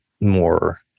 more